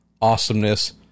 awesomeness